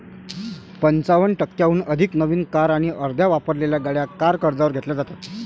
पंचावन्न टक्क्यांहून अधिक नवीन कार आणि अर्ध्या वापरलेल्या गाड्या कार कर्जावर घेतल्या जातात